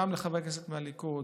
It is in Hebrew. גם לחברי כנסת מהליכוד,